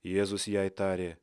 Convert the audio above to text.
jėzus jai tarė